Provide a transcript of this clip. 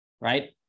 right